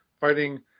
fighting